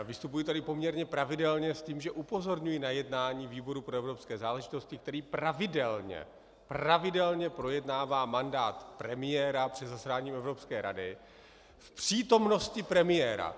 Vystupuji tady poměrně pravidelně s tím, že upozorňuji na jednání výboru pro evropské záležitosti, který pravidelně, pravidelně projednává mandát premiéra při zasedáních Evropské rady v přítomnosti premiéra.